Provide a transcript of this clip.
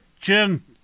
Jim